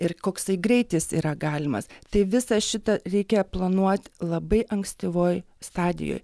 ir koksai greitis yra galimas tai visą šitą reikia planuot labai ankstyvoj stadijoj